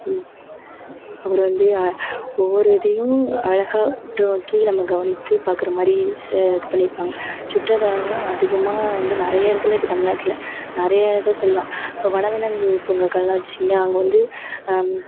அப்புறம் வந்து ஒவ்வொரு இதையும் அழகாக உற்றுநோக்கி நம்ம கவனித்து பார்க்குற மாதிரி ச இது பண்ணிருப்பாங்க சுற்றுலாத்தலங்களும் அதிகமாக வந்து நிறைய இடத்துல இருக்குது தமிழ்நாட்டுல நிறைய இதை சொல்லலாம் இப்போ வனவிலங்கு பூங்காக்கள்லாம் வச்சீங்களேன் அங்கே வந்து